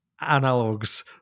analogues